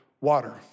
water